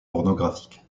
pornographique